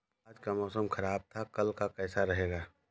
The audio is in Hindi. आज का मौसम ज्यादा ख़राब था कल का कैसा रहेगा?